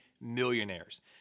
millionaires